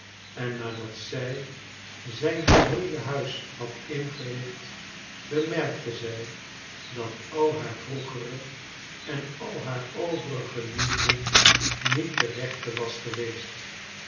en nadat zij zijn geheele huis had ingericht bemerkte zij dat al haar vroegere en al haar overige liefde niet de rechte was geweest